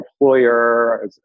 employer